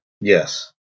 Yes